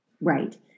Right